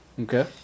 Okay